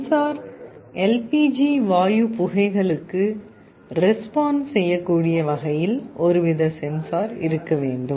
sensor LPG வாயு புகைகளுக்கு respond செய்யக்கூடிய வகையில் ஒருவித சென்சார் இருக்க வேண்டும்